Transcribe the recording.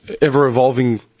ever-evolving